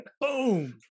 Boom